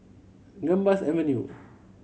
Gambas Avenue